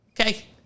Okay